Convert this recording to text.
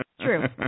True